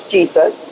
Jesus